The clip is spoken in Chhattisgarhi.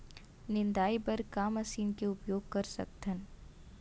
निंदाई बर का मशीन के उपयोग कर सकथन?